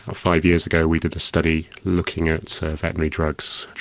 ah five years ago we did a study looking at so veterinary drugs,